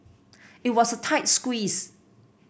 it was a tight squeeze